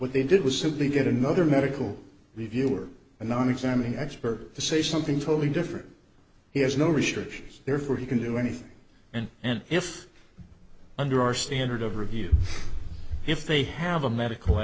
what they did was simply get another medical reviewer and i'm examining expert to say something totally different he has no research therefore he can do anything and and if under our standard of review if they have a medical